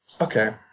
Okay